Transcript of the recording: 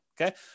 Okay